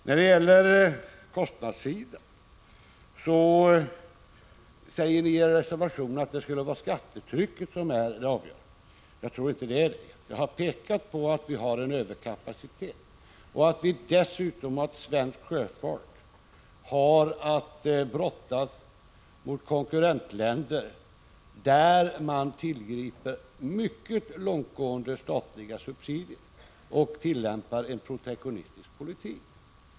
När det gäller kostnadssidan säger ni i er reservation 12 att det är skattetrycket som är det avgörande. Jag tror inte att det är så. Jag har tidigare pekat på att vi har en överkapacitet och att svensk sjöfart dessutom har att brottas mot konkurrentländer, där man tillgriper mycket långtgående statliga subsidier och tillämpar en protektionistisk politik.